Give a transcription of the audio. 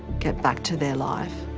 get back to their life.